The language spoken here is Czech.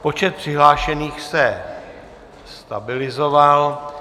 Počet přihlášených se stabilizoval.